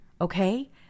okay